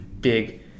big